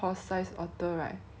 like 那个 otter hor